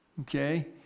Okay